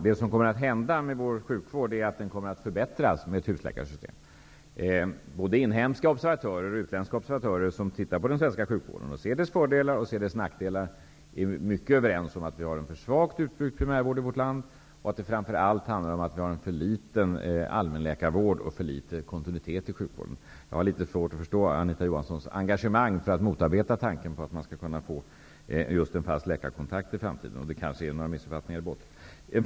Herr talman! Vår sjukvård kommer att förbättras med hjälp av husläkarsystemet. Både inhemska och utländska observatörer som har sett över den svenska sjukvården, sett dess fördelar och nackdelar, är mycket överens om att primärvården är för svagt utbyggd i vårt land, det finns för litet allmänläkarvård och för litet kontinuitet i sjukvården. Jag har litet svårt att förstå Anita Johanssons engagemang för att motarbeta tanken på att man skall kunna få en fast läkarkontakt i framtiden. Det kanske ligger några missuppfattningar i botten.